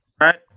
Right